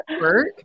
work